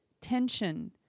tension